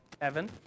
Evan